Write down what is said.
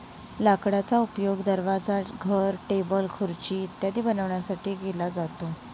लाकडाचा उपयोग दरवाजा, घर, टेबल, खुर्ची इत्यादी बनवण्यासाठी केला जातो